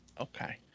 Okay